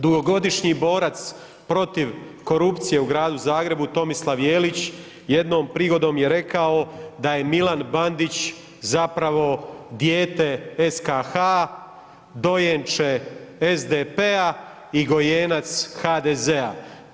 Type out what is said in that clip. Dugogodišnji borac protiv korupcije u Gradu Zagrebu Tomislav Jelić jednom prigodom je rekao da je Milan Bandić zapravo dijete SKH, dojenče SDP-a i gojenac HDZ-a.